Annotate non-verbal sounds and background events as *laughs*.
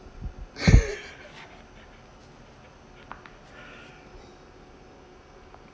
*laughs*